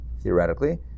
theoretically